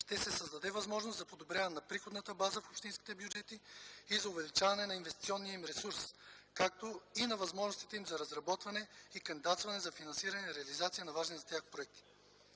Ще се създаде възможност за подобряване на приходната база в общинските бюджети и за увеличаване на инвестиционния им ресурс, както и на възможностите им за разработване и кандидатстване за финансиране и реализация на важни за тях проекти.